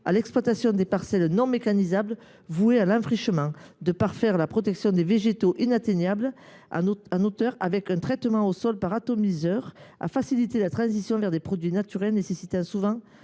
à l’exploitation des parcelles non mécanisables vouées à l’enfrichement ; elle parfait la protection de végétaux inatteignables en hauteur par un traitement au sol par atomiseur ; elle facilite la transition vers des produits naturels nécessitant souvent